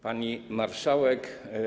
Pani Marszałek!